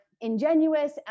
ingenuous